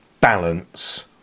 balance